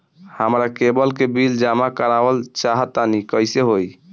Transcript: हमरा केबल के बिल जमा करावल चहा तनि कइसे होई?